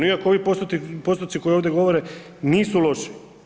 Iako ovi postoci koji ovdje govore nisu loši.